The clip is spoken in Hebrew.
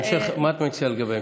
מה את מציעה לגבי ההמשך?